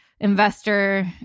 investor